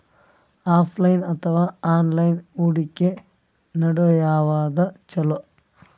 Offline ಅಥವಾ online ಹೂಡಿಕೆ ನಡು ಯವಾದ ಛೊಲೊ?